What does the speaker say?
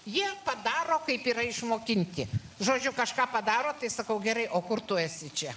jie padaro kaip yra išmokinti žodžiu kažką padaro tai sakau gerai o kur tu esi čia